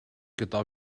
gyda